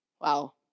Wow